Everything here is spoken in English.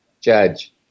judge